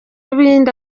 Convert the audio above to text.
ibindi